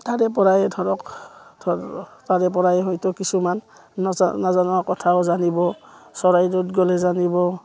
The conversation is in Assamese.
তাৰে পৰাই ধৰক ধৰ তাৰে পৰাই হয়তো কিছুমান নাজানা কথাও জানিব চৰাইদেউত গ'লে জানিব